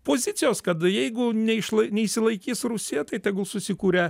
pozicijos kad jeigu neišlai neišsilaikys rusija tai tegul susikuria